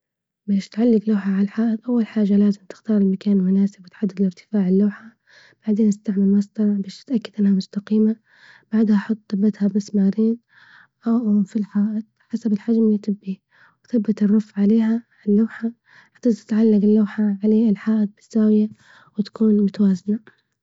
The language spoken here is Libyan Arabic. باش تعلج لوحة على الحائط أول حاجة لازم تختار المكان المناسب وتحدد الإرتفاع اللوحة، بعدين استعمل مسطرة باش تتأكد إنها مستقيمة، بعدها حط ثبتها بمسمارين في الحائط حسب الحجم اللي تبيه، وثبت الرف عليها على اللوحة هتظبط تعلج اللوحة عليه الحائط بالزاوية وتكون متوازنة.